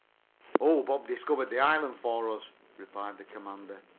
oh, bob discovered the island for us, replied the commander,